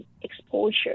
exposure